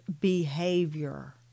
behavior